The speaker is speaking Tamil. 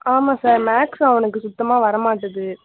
ஆமாம் சார் மேக்ஸ் அவனுக்கு சுத்தமாக வர மாட்டுது